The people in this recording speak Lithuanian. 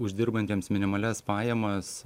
uždirbantiems minimalias pajamas